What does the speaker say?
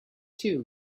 too